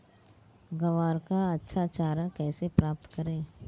ग्वार का अच्छा चारा कैसे प्राप्त करें?